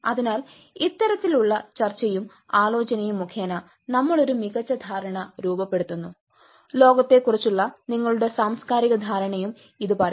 അതിനാൽ ഇത്തരത്തിലുള്ള ചർച്ചയും ആലോചനയും മുഖേന നമ്മൾ ഒരു മികച്ച ധാരണ രൂപപ്പെടുത്തുന്നു ലോകത്തെ കുറിച്ചുള്ള നിങ്ങളുടെ സാംസ്കാരിക ധാരണയും ഇത് പറയും